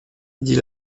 dit